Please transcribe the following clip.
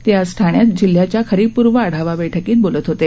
ते आज ठाण्यात जिल्ह्याच्या खरीपपूर्व आढावा बैठकीत बोलत होते